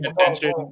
attention